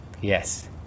Yes